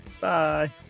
bye